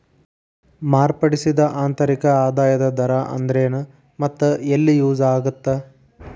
ಮಾರ್ಪಡಿಸಿದ ಆಂತರಿಕ ಆದಾಯದ ದರ ಅಂದ್ರೆನ್ ಮತ್ತ ಎಲ್ಲಿ ಯೂಸ್ ಆಗತ್ತಾ